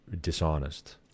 dishonest